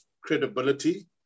credibility